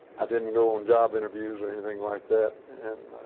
i didn't go on job interviews or anything like that and